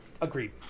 Agreed